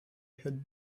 had